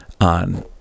on